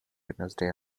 wednesday